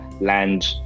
land